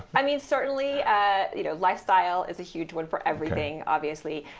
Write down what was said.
i mean, certainly ah you know lifestyle is a huge one for everything, obviously.